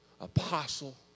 apostle